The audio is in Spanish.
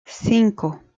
cinco